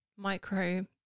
micro